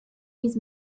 his